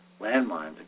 landmines